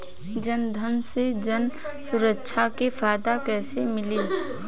जनधन से जन सुरक्षा के फायदा कैसे मिली?